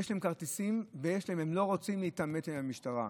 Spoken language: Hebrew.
יש להם כרטיסים, והם לא רוצים להתעמת עם המשטרה.